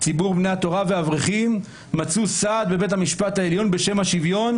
ציבור בני התורה והאברכים מצאו סעד בבית המשפט העליון בשם השוויון,